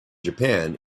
japan